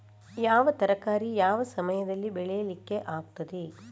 ಯಾವ ತರಕಾರಿ ಯಾವ ಸಮಯದಲ್ಲಿ ಬೆಳಿಲಿಕ್ಕೆ ಆಗ್ತದೆ?